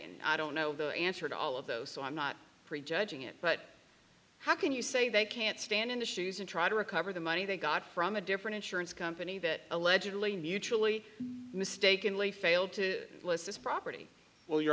and i don't know the answer to all of those so i'm not prejudging it but how can you say they can't stand in the shoes and try to recover the money they got from a different insurance company that allegedly mutually mistakenly failed to list this property well you